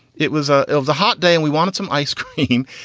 it was ah it was a hot day and we wanted some ice cream.